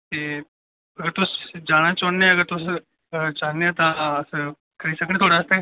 जे अगर तुस जाना चांह्न्ने आं तुस अगर चांह्न्ने ओ ते अस करी सकने थुआढ़े आस्तै